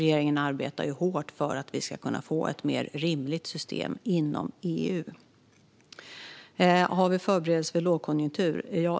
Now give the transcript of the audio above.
Regeringen arbetar hårt för att vi ska kunna få ett mer rimligt system inom EU. Har vi förberedelse för lågkonjunktur?